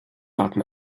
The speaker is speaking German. warten